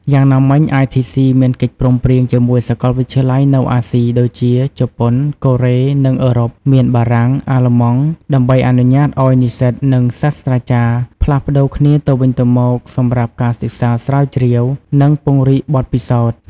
យ៉ាងណាមិញITC មានកិច្ចព្រមព្រៀងជាមួយសាកលវិទ្យាល័យនៅអាស៊ី ដូចជាជប៉ុន កូរ៉េ និងអឺរ៉ុបមាន បារាំង អាល្លឺម៉ង់ ដើម្បីអនុញ្ញាតឱ្យនិស្សិត និងសាស្ត្រាចារ្យផ្លាស់ប្តូរគ្នាទៅវិញទៅមកសម្រាប់ការសិក្សាស្រាវជ្រាវ និងពង្រីកបទពិសោធន៍។